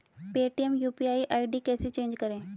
Paytm UPI ID कैसे change करें?